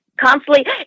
constantly